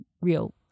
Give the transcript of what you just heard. real